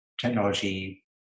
technology